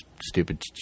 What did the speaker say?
stupid